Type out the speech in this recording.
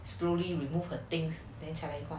slowly removed her things then 才来换